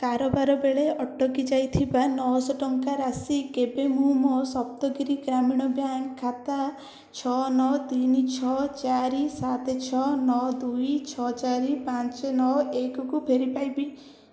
କାରବାର ବେଳେ ଅଟକି ଯାଇଥିବା ନଅ ଶହ ଟଙ୍କାର ରାଶି କେବେ ମୁଁ ମୋର ସପ୍ତଗିରି ଗ୍ରାମୀଣ ବ୍ୟାଙ୍କ ଖାତାର ଛଅ ନଅ ତିନି ଛଅ ଚାରି ସାତ ଛଅ ନଅ ଦୁଇ ଛଅ ଚାରି ପାଞ୍ଚ ନଅ ଏକକୁ ଫେରିପାଇବି